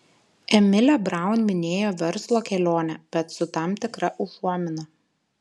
emilė braun minėjo verslo kelionę bet su tam tikra užuomina